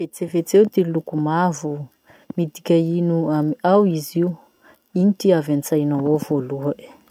Vetsivetseo ty loko mavo. Midika ino amy ao izy io? Ino ty avy antsainao ao voaloha e?